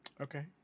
Okay